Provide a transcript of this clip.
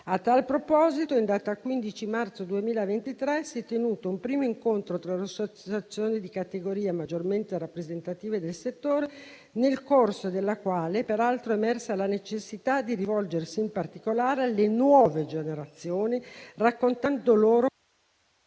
A tal proposito, in data a 15 marzo 2023, si è tenuto un primo incontro tra le associazioni di categoria maggiormente rappresentative del settore, nel corso del quale peraltro è emersa la necessità di rivolgersi in particolare alle nuove generazioni, raccontando loro